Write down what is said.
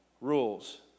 rules